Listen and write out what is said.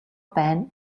байна